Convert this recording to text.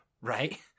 right